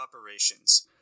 operations